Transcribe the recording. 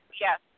Yes